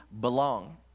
belong